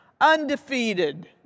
undefeated